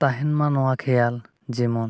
ᱛᱟᱦᱮᱱ ᱢᱟ ᱱᱚᱣᱟ ᱠᱷᱮᱭᱟᱞ ᱡᱮᱢᱚᱱ